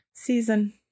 season